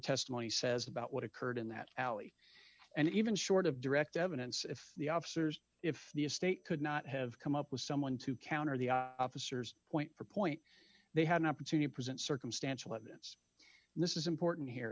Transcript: testimony says about what occurred in that alley and even short of direct evidence if the officers if the state could not have come up with someone to counter the officers point for point they had an opportunity present circumstantial evidence and this is important here